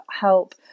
help